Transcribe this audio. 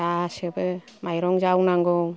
गासैबो माइरं जावनांगौ